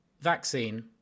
Vaccine